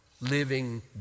living